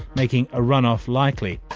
making a run-off likely.